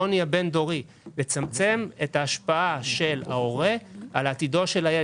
העוני הבין-דורי; לצמצם את ההשפעה של ההורה על עתידו של הילד.